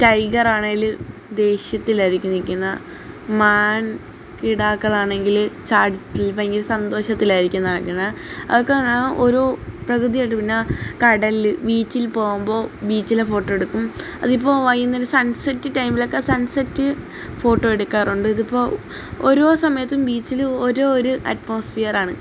ടൈഗറാണെങ്കിൽ ദേഷ്യത്തിലായിരിക്കും നിൽക്കുന്നത് മാൻ കിടാക്കളാണെങ്കിൽ ചാടിത്തുള്ളി ഭയങ്കര സന്തോഷത്തിലായിരിക്കും നടക്കുന്നത് അതൊക്കെ ഒരു പ്രകൃതിയായിട്ട് പിന്നെ കടൽ ബീച്ചിൽ പോവുമ്പോൾ ബീച്ചിലെ ഫോട്ടോ എടുക്കും അതിപ്പോൾ വൈകുന്നേരം സൺസെറ്റ് ടൈമിലൊക്കെ സൺസെറ്റ് ഫോട്ടോ എടുക്കാറുണ്ട് ഇതിപ്പോൾ ഓരോ സമയത്തും ബീച്ചിൽ ഓരോ ഒരു അറ്റ്മോസ്ഫിയറാണ്